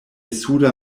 suda